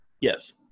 Yes